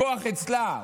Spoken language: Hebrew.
הכוח אצלה.